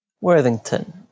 Worthington